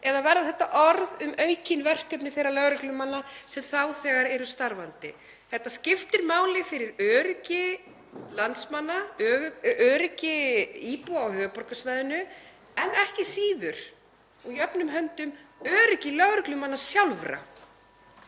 eða verða þetta orð um aukin verkefni þeirra lögreglumanna sem þegar eru starfandi? Þetta skiptir máli fyrir öryggi landsmanna, öryggi íbúa á höfuðborgarsvæðinu en ekki síður og jöfnum höndum öryggi lögreglumanna sjálfra.